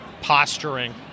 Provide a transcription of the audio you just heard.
posturing